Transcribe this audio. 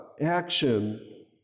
action